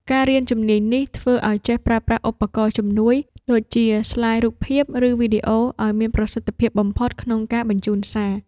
ការរៀនជំនាញនេះ ធ្វើឲ្យចេះប្រើប្រាស់ឧបករណ៍ជំនួយ ដូចជាស្លាយរូបភាព ឬវីដេអូ ឱ្យមានប្រសិទ្ធភាពបំផុតក្នុងការបញ្ជូនសារ។